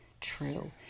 true